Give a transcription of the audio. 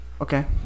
Okay